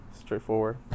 straightforward